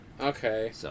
okay